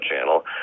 channel